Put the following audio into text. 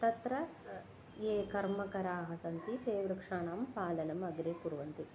तत्र ये कर्मकराः सन्ति ते वृक्षाणां पालनम् अग्रे कुर्वन्ति